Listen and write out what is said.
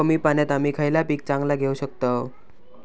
कमी पाण्यात आम्ही खयला पीक चांगला घेव शकताव?